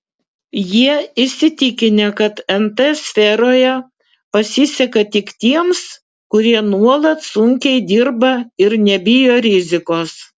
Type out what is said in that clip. jie įsitikinę kad nt sferoje pasiseka tik tiems kurie nuolat sunkiai dirba ir nebijo rizikos